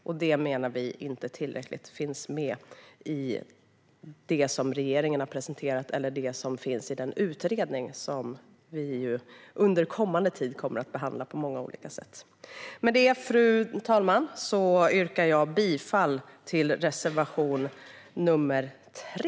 Vi menar att det inte finns med i tillräckligt stor utsträckning i den utredning som vi kommer att behandla på många olika sätt under den tid som kommer. Med detta, fru talman, yrkar jag bifall till reservation 3.